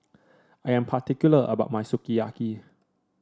I am particular about my Sukiyaki